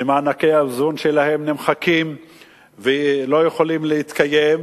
שמענקי האיזון שלהן נמחקים והן לא יכולות להתקיים,